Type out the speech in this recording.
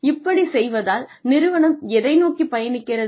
இப்படிச் செய்வதால் நிறுவனம் எதை நோக்கிப் பயணிக்கிறது